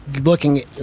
looking